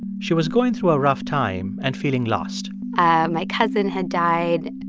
she was going through a rough time and feeling lost ah my cousin had died.